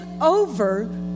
over